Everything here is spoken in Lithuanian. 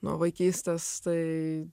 nuo vaikystės tai